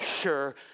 sure